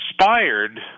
inspired